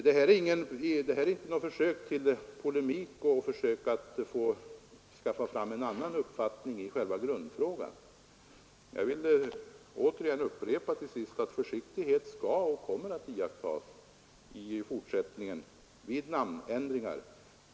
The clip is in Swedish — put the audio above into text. Detta är inte något försök att polemisera och få fram en annan uppfattning i själva grundfrågan. Jag vill till sist återigen upprepa att försiktighet skall och kommer att iakttas i fortsättningen vid namnändringar.